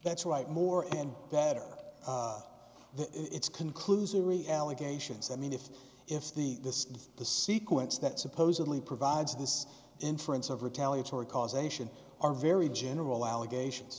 that's right more and better it's conclusory allegations i mean if if the this is the sequence that supposedly provides this inference of retaliatory causation are very general allegations